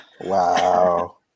Wow